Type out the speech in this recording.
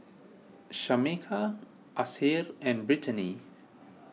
Shameka Asher and Brittany